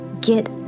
Get